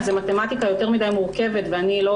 זו מתמטיקה יותר מדי מורכבת ואני לא